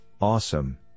Awesome